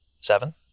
Seven